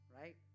right